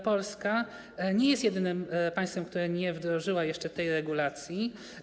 Polska nie jest jedynym państwem, które nie wdrożyło jeszcze tej regulacji.